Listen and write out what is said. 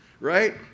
right